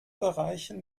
bereichen